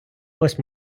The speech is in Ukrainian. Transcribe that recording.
ось